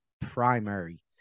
primary